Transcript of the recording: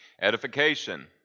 Edification